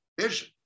vision